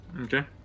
Okay